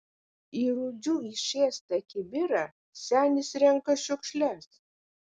į rūdžių išėstą kibirą senis renka šiukšles